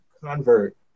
convert